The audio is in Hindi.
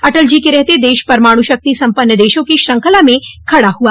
अटल जी के रहते देश परमाणु शक्ति सम्पन्न देशों की श्रृंखला में खड़ा हुआ